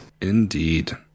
Indeed